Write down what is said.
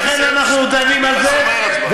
ולכן אנחנו דנים על זה.